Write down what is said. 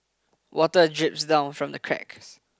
water drips down from the cracks